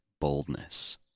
boldness